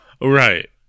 Right